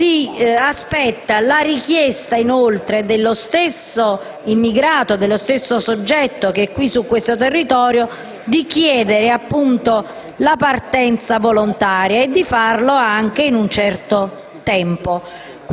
si aspetta la richiesta dello stesso immigrato, dello stesso soggetto che è su questo territorio, di chiedere la partenza volontaria e di farlo anche in un certo tempo.